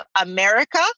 America